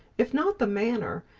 if not the manner,